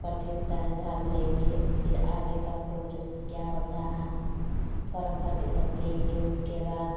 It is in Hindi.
प्रतियोगिता में भाग लेंगे फिर आगे का प्रोग्रेस क्या होता है फोरम भर के सब देंगे उसके बाद